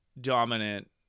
dominant-